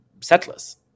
settlers